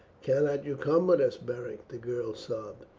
cannot you come with us, beric? the girl sobbed.